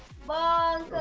falls